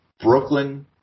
Brooklyn